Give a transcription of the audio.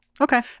Okay